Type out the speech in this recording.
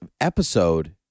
episode